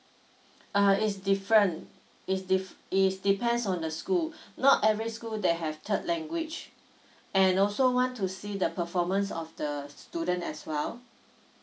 uh is different it's diff~ it's depends on the school not every school they have third language and also want to see the performance of the student as well